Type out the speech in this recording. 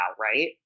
right